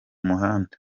muhanda